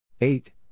Eight